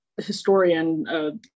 historian